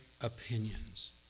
opinions